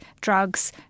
drugs